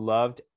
Loved